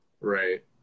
Right